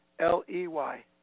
l-e-y